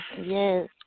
Yes